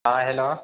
हँ हैलो